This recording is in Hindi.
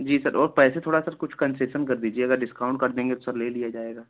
जी सर और पैसे थोड़ा सर कुछ कंसेशन कर दीजिए अगर डिस्काउंट कर देंगे तो सर ले लिया जाएगा